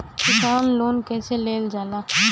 किसान लोन कईसे लेल जाला?